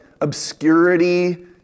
obscurity